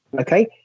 Okay